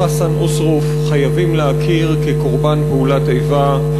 בחסן אוסרוף חייבים להכיר כקורבן פעולת איבה.